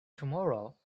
tomorrow